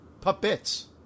puppets